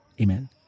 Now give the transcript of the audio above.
Amen